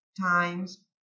times